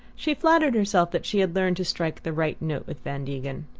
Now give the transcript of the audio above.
she flattered herself that she had learned to strike the right note with van degen.